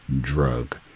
drug